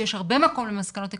שיש הרבה מקום למסקנות עקרוניות,